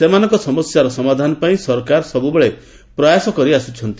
ସେମାନଙ୍କ ସମସ୍ୟାର ସମାଧାନ ପାଇଁ ସରକାର ସବୁବେଳେ ପ୍ରୟାସ କରି ଆସୁଛନ୍ତି